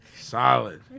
Solid